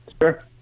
sure